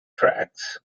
tracks